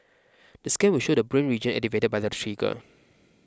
the scan will show the brain region activated by the trigger